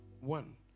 One